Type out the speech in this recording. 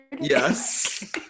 Yes